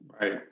Right